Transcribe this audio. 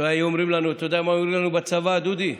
אתה יודע היו אומרים לנו בצבא, דודי,